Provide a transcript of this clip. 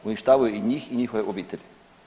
Uništavaju i njih i njihove obitelji.